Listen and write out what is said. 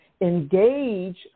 engage